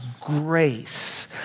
grace